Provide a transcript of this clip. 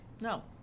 no